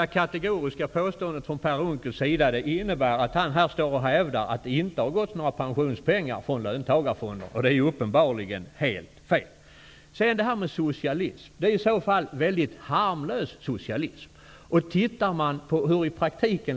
Det senaste kategoriska påståendet från Per Unckel innebär att han hävdar att det inte har gått några pensionspengar från löntagarfonder. Det är uppenbarligen helt fel. Det är i så fall väldigt harmlös socialism.